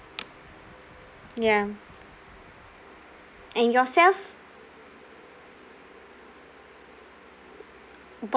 ya and yourself